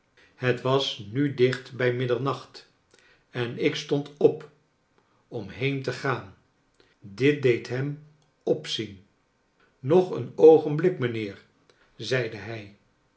het was nu dicht bij middernacht en ik stond op om heen te gaan dit deed hem opzien nog een oogenblik mijnheer zeide bij